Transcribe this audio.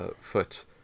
foot